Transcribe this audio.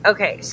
Okay